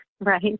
right